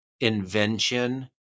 invention